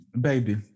baby